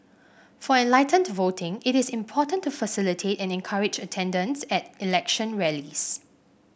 for enlightened voting it is important to facilitate and encourage attendance at election rallies